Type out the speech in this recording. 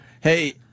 Hey